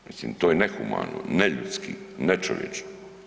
Mislim, to je nehumano, neljudski, nečovječno.